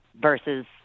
versus